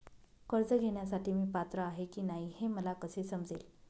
कर्ज घेण्यासाठी मी पात्र आहे की नाही हे मला कसे समजेल?